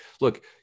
look